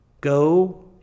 go